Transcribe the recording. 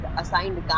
Assigned